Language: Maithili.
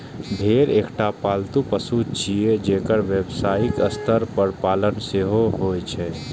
भेड़ एकटा पालतू पशु छियै, जेकर व्यावसायिक स्तर पर पालन सेहो होइ छै